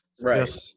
Right